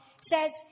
says